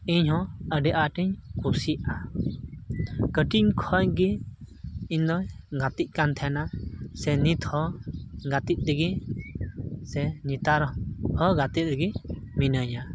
ᱤᱧ ᱦᱚᱸ ᱟᱹᱰᱤ ᱟᱸᱴ ᱤᱧ ᱠᱤᱥᱤᱜᱼᱟ ᱠᱟᱹᱴᱤᱡ ᱠᱷᱚᱡ ᱜᱮ ᱤᱧᱫᱚ ᱜᱟᱛᱮᱜ ᱠᱟᱱ ᱛᱟᱦᱮᱱᱟ ᱥᱮ ᱱᱤᱛ ᱦᱚᱸ ᱜᱟᱛᱮᱜ ᱛᱮᱜᱮ ᱥᱮ ᱱᱮᱛᱟᱨ ᱦᱚ ᱜᱟᱛᱮᱜ ᱛᱮᱜᱮ ᱢᱤᱱᱟᱹᱧᱟ